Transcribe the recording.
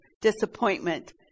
disappointment